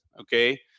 Okay